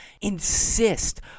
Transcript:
insist